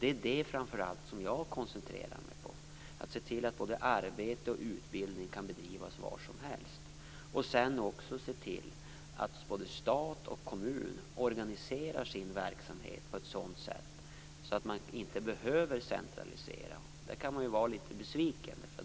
Det jag framför allt koncentrerar mig på är att se till att arbete och utbildning kan bedrivas var som helst och att både stat och kommun organiserar sin verksamhet på ett sådant sätt att man inte behöver centralisera. Där kan man vara litet besviken.